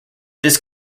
this